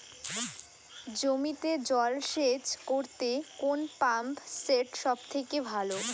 জমিতে জল সেচ করতে কোন পাম্প সেট সব থেকে ভালো?